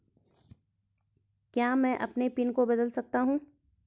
क्या मैं अपने पिन को बदल सकता हूँ?